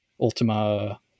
ultima